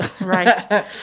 Right